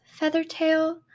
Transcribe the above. Feathertail